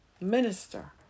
minister